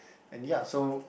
and ya so